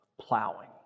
plowing